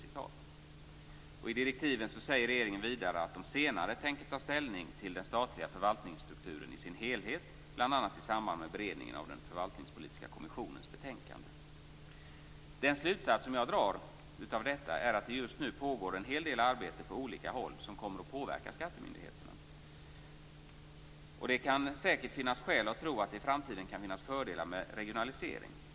I direktiven säger regeringen vidare att man senare tänker ta ställning till den statliga förvaltningsstrukturen i sin helhet, bl.a. i samband med beredningen av den förvaltningspolitiska kommissionens betänkande. Den slutsats jag drar av detta är att det just nu pågår en hel del arbete på olika håll, som kommer att påverka skattemyndigheterna. Det kan säkert finnas skäl att tro att det i framtiden kan finnas fördelar med regionalisering.